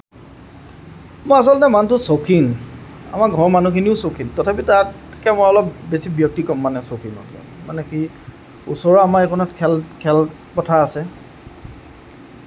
মই আচলতে মানুহটো চৌখিন আমাৰ ঘৰৰ মানুহখিনিও চৌখিন তথাপি তাতকৈ মই অলপ বেছি ব্যতিক্ৰম মানে চৌখিন মানে কি ওচৰৰ আমাৰ এইকণত খেল খেল খেল পথাৰ আছে